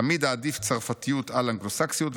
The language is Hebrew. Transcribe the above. תמיד אעדיף צרפתיות על אנגלוסקסיות,